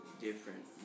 different